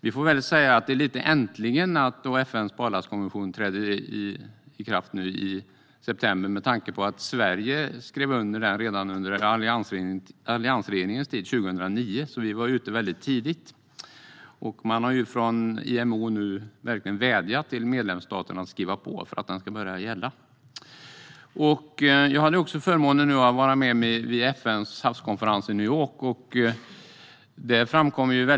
Vi får säga: Äntligen, i september träder FN:s barlastkonvention i kraft! Sverige skrev ju under den redan under alliansregeringens tid, 2009, så vi var tidigt ute. IMO har vädjat till medlemsstaterna att skriva på så att den kan börja gälla. Jag hade förmånen att vara med på FN:s havskonferens i New York.